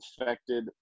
infected